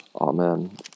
Amen